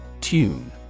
Tune